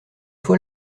fois